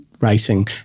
racing